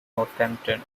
northampton